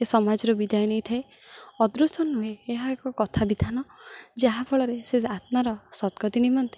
ଏ ସମାଜରୁ ବିଦାୟ ନେଇ ଥାଏ ଅଦୃଶ୍ୟ ନୁହେଁ ଏହା ଏକ କଥା ବିିଧାନ ଯାହାଫଳରେ ସେ ଆତ୍ମାର ସଦ୍ଗତି ନିମନ୍ତେ